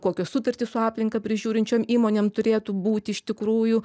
kokios sutartys su aplinka prižiūrinčiom įmonėm turėtų būt iš tikrųjų